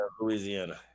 Louisiana